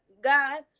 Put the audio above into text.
god